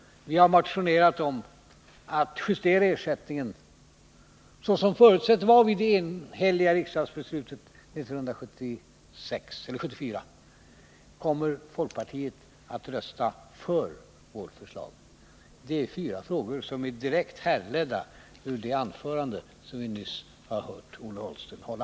Vi socialdemokrater har motionerat om att man skall justera ersättningen såsom förutsett var vid det enhälliga riksdagsbeslutet 1974. Kommer folkpartiet att rösta för vårt förslag? Det är fyra frågor som är direkt härledda ur det anförande vi nyss har hört Ola Ullsten hålla.